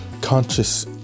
conscious